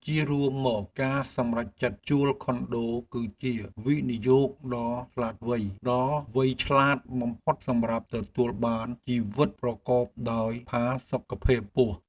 ជារួមមក ការសម្រេចចិត្តជួលខុនដូគឺជាវិនិយោគដ៏វៃឆ្លាតបំផុតសម្រាប់ទទួលបានជីវិតប្រកបដោយផាសុកភាពខ្ពស់។